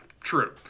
True